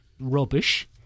rubbish